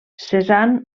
cézanne